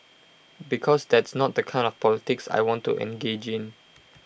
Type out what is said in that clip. because that's not the kind of the politics I want to engage in